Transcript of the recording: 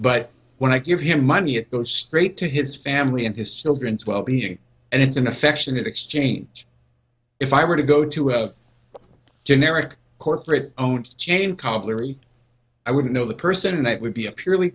but when i give him money it goes straight to his family and his children's well being and it's an affectionate exchange if i were to go to have generic corporate own chain cobbler i wouldn't know the person it would be a purely